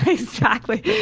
exactly.